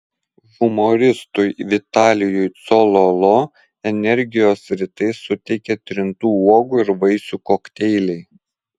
humoristui vitalijui cololo energijos rytais suteikia trintų uogų ir vaisių kokteiliai